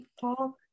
talk